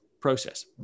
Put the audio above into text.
process